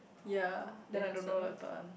yea then I don't know the third one